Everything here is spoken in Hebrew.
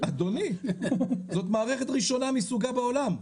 אדוני זאת מערכת ראשונה מסוגה בעולם,